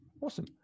Awesome